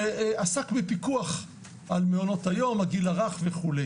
שעסק בפיקוח על מעונות היום, הגיל הרך וכו'.